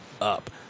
up